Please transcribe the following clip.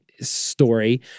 story